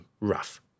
rough